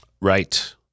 Right